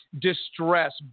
distress